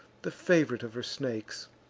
the fav'rite of her snakes